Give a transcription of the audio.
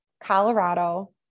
Colorado